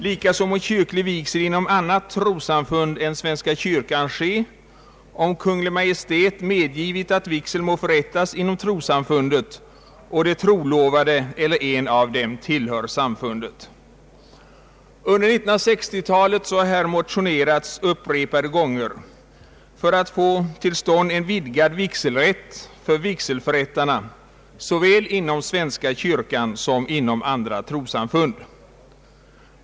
Likaså må kyrklig vigsel inom annat trossamfund än svenska kyrkan ske om Kungl. Maj:t medgivit att vigsel må förrättas inom trossamfundet och de trolovade eller en av dem tillhör samfundet. Under 1960-talet har här motionerats upprepade gånger för att få till stånd en vidgad vigselrätt för vigselförrättarna såväl inom svenska kyrkan som inom andra trossamfund.